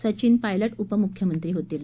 सचिन पायलट उपमुख्यमंत्री होतील